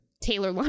Taylor